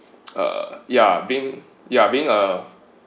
uh ya being ya being uh